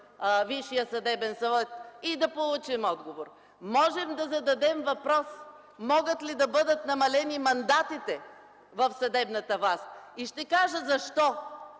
Висшия съдебен съвет, и да получим отговор. Можем да зададем въпрос: могат ли да бъдат намалени мандатите в съдебната власт? И ще кажа защо